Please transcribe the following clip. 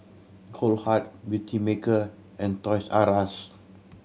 Goldheart Beautymaker and Toys R Us